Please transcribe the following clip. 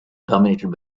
dominated